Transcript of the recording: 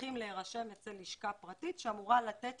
צריכים להירשם אצל לשכה פרטית שאמורה לתת